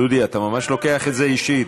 דודי, אתה ממש לוקח את זה אישית.